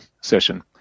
session